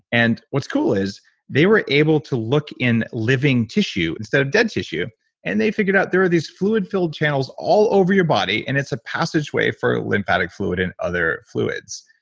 and what's cool is they were able to look in living tissue instead of dead tissue and they figured out there are these fluid filled channels all over your body and it's a passageway for lymphatic fluid and other fluids.